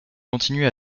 continue